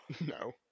No